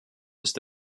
ist